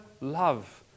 love